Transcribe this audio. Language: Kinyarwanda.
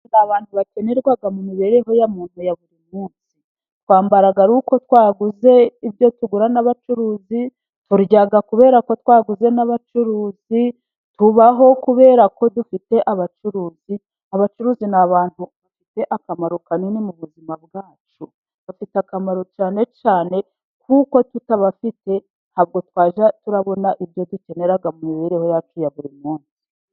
Abantu bakenerwa mu mibereho ya muntu ya buri munsi, twambara ari uko twaguze ibyo tugura n'abacuruzi, turya kubera ko twaguze n'abacuruzi, tubaho kubera ko dufite abacuruzi. Abacuruzi ni abantu bafite akamaro kanini mu buzima bwacu, bafite akamaro cyane cyane kuko tutabafite ntabwo twajya turabona ibyo dukenera mu mibereho yacu ya buri munsi.